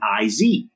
IZ